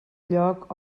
lloc